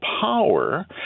power